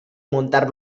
montar